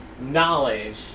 knowledge